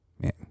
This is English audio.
Man